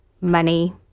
money